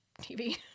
TV